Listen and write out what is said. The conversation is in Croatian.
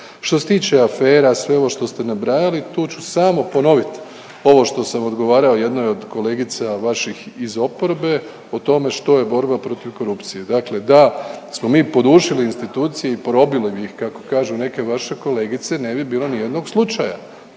Što se tiče afera, sve ovo što ste nabrojali, tu ću samo ponoviti ovo što sam odgovarao jednoj od kolegica vaših iz oporbe, o tome što je borba protiv korupcije. Dakle da smo mi .../Govornik se ne razumije./... institucije i porobili bi ih kako kažu neke vaše kolegice, ne bi bilo nijednog slučaja.